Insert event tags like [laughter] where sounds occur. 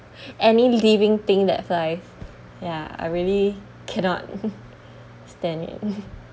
any living thing that flies ya I really cannot [laughs] stand it [laughs]